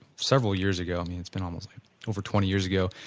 several years ago it's been almost like over twenty years ago.